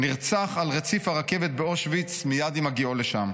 נרצח על רציף הרכבת באושוויץ, מייד עם הגיעו לשם.